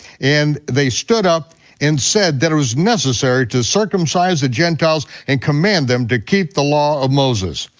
and they stood up and said that it was necessary to circumcise the gentiles and command them to keep the law of moses.